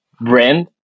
brand